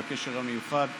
את הקשר המיוחד,